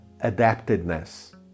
adaptedness